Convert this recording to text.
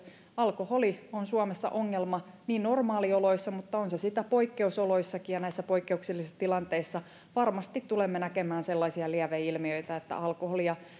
alkoholi on suomessa ongelma normaalioloissa mutta on se sitä poikkeusoloissakin ja näissä poikkeuksellisissa tilanteissa varmasti tulemme näkemään sellaisia lieveilmiöitä että alkoholia